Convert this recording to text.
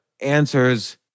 answers